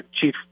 Chief